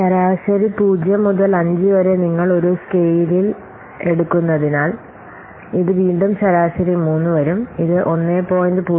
ശരാശരി 0 മുതൽ 5 വരെ നിങ്ങൾ ഒരു സ്കെയിൽ എടുക്കുന്നതിനാൽ ഇത് വീണ്ടും ശരാശരി 3 വരും ഇത് 1